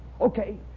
Okay